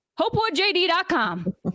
hopewoodjd.com